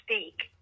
speak